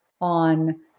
on